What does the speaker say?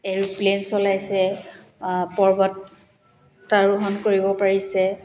aeroplane চলাইছে পৰ্বতাৰোহন কৰিব পাৰিছে